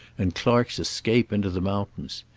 and clark's escape into the mountains.